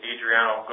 Adriano